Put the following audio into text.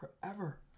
forever